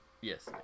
yes